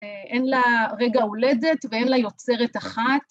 ‫אין לה רגע הולדת ואין לה יוצרת אחת.